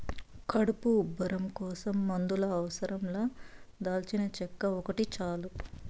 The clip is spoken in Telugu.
కడుపు ఉబ్బరం కోసం మందుల అవసరం లా దాల్చినచెక్క ఒకటి చాలు